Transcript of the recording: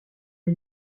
est